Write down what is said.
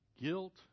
guilt